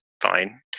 fine